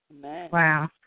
Wow